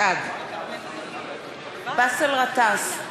בעד באסל גטאס,